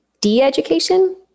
de-education